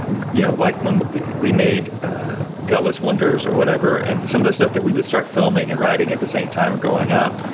you know, like, when we made gutless wonders or whatever, and some of the stuff that we will start filming and writing at the same time growing up,